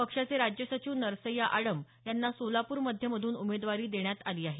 पक्षाचे राज्य संचिव नरसय्या आडम यांना सोलापूर मध्य मधून उमेदवारी देण्यात आली आहे